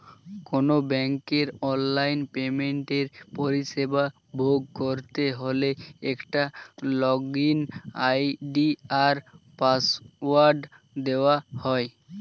কোনো ব্যাংকের অনলাইন পেমেন্টের পরিষেবা ভোগ করতে হলে একটা লগইন আই.ডি আর পাসওয়ার্ড দেওয়া হয়